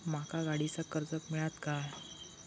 माका गाडीचा कर्ज मिळात काय?